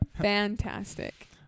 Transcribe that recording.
fantastic